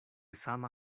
sama